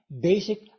basic